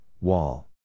wall